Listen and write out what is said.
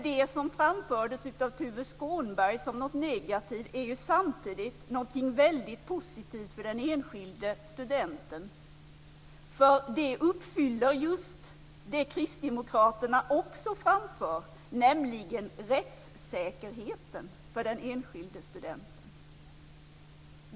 Det som framfördes av Tuve Skånberg som något negativt är samtidigt något väldigt positivt för den enskilde studenten. Det uppfyller just det som Kristdemokraterna också framför, nämligen rättssäkerheten för den enskilde studenten.